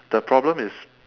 the problem is